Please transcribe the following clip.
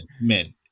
Men